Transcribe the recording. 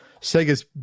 Sega's